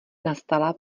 nastala